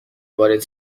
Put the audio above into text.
وارد